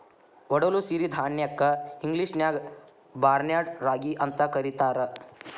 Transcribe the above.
ಒಡಲು ಸಿರಿಧಾನ್ಯಕ್ಕ ಇಂಗ್ಲೇಷನ್ಯಾಗ ಬಾರ್ನ್ಯಾರ್ಡ್ ರಾಗಿ ಅಂತ ಕರೇತಾರ